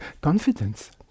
confidence